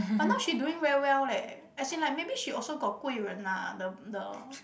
but now she doing very well leh as in like maybe she also got 贵人 lah the the